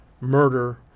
murder